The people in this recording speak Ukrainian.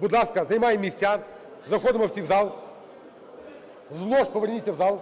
Будь ласка, займаємо місця, заходимо всі в зал. З лож поверніться в зал.